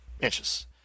inches